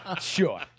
Sure